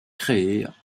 créées